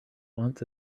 wants